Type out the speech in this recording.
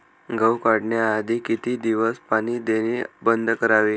गहू काढण्याआधी किती दिवस पाणी देणे बंद करावे?